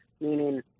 meaning